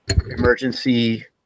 emergency